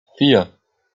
vier